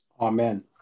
Amen